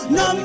no